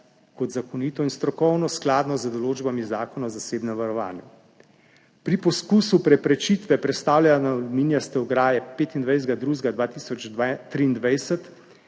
kot zakonito in strokovno v skladu z določbami Zakona o zasebnem varovanju. Pri poskusu preprečitve prestavljanja aluminijaste ograje 25. 2. 2023